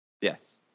Yes